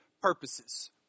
purposes